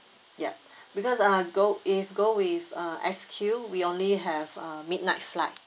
ya because ah go if go with uh S_Q we only have uh midnight flight